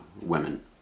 women